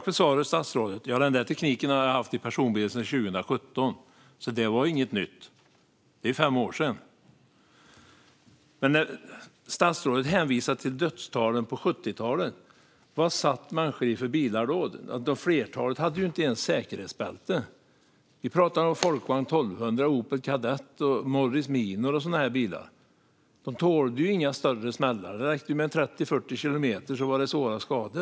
Fru talman! Den där tekniken har jag haft i personbil sedan 2017, så det är inget nytt. Det är fem år sedan. Men statsrådet hänvisar till dödstalen på 1970-talet. Vad satt människor i för bilar då? Jo, flertalet av dem hade inte ens säkerhetsbälte. Vi talar om Volkswagen 1200, Opel Kadett, Morris Minor och sådana bilar. De tålde inga större smällar. Det räckte med en hastighet på 30-40 kilometer i timmen för att det skulle bli svåra skador.